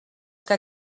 que